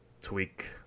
tweak